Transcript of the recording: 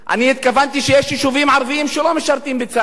אני התכוונתי שיש יישובים ערביים ששם לא משרתים בצה"ל,